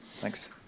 Thanks